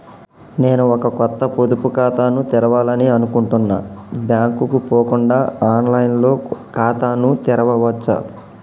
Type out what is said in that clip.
నేను ఒక కొత్త పొదుపు ఖాతాను తెరవాలని అనుకుంటున్నా బ్యాంక్ కు పోకుండా ఆన్ లైన్ లో ఖాతాను తెరవవచ్చా?